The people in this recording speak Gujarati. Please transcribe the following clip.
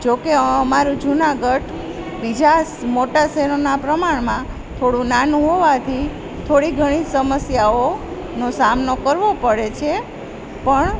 જોકે અમારું જુનાગઢ બીજા મોટા શહેરોના પ્રમાણમાં થોડું નાનું હોવાથી થોડી ઘણી સમસ્યાઓનો સામનો કરવો પડે છે પણ